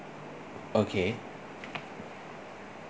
okay